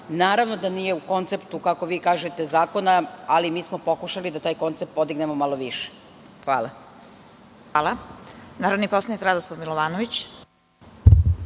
naravno da nije u konceptu, kako vi kažete, zakona, ali mi smo pokušali da taj koncept podignemo malo više. Hvala. **Vesna Kovač** Reč ima narodni poslanik Radoslav Milovanović.